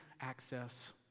access